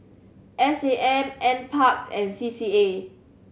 S A M N Parks and C C A